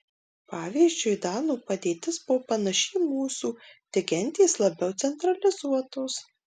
pavyzdžiui danų padėtis buvo panaši į mūsų tik gentys labiau centralizuotos